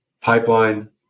pipeline